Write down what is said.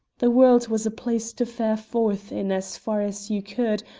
the world was a place to fare forth in as far as you could,